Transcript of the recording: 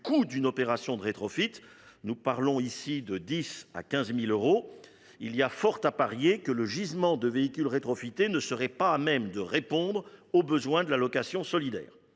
coût d’une opération de rétrofit – de 10 000 euros à 15 000 euros –, il y a fort à parier que le gisement de véhicules rétrofités ne serait pas à même de répondre aux besoins de la location solidaire.